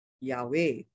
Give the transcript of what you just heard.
Yahweh